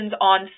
on